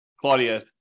Claudia